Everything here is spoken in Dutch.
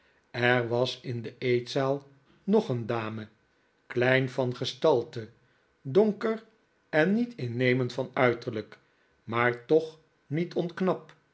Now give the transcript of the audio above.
er was in de eetzaal nog een dame klein van gestalte donker en niet innemend van uiterlijk maar toch niet onknap